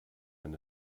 wenn